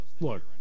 look